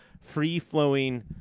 free-flowing